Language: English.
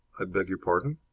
i beg your pardon?